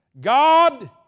God